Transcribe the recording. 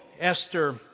Esther